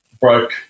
broke